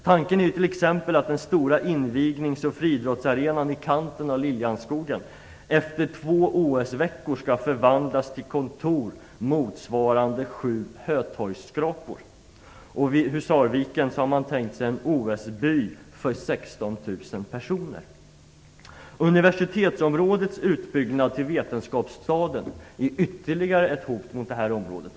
Tanken är t.ex. att den stora invignings och friidrottsarenan i kanten av Lill-Jans-skogen efter två OS-veckor skall förvandlas till kontor motsvarande sju Hötorgsskrapor. Vid Husarviken har man tänkt sig en OS-by för 16 000 personer. Vetenskapsstaden är ytterligare ett hot mot det här området.